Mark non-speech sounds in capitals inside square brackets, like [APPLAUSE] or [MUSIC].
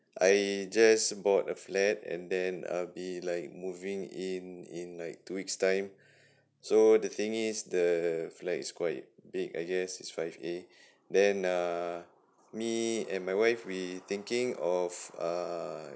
I just bought a flat and then I'll be like moving in in like two weeks time [BREATH] so the thing is the flat is quite big I guess it's five a [BREATH] the uh me and my wife we thinking of uh